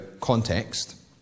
context